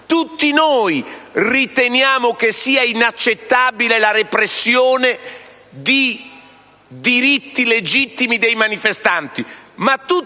tutti noi riteniamo inaccettabile la repressione dei diritti legittimi dei manifestanti.